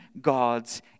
God's